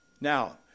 Now